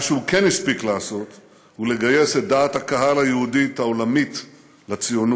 מה שהוא כן הספיק לעשות הוא לגייס את דעת הקהל היהודית העולמית לציונות.